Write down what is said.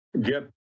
get